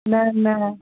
न न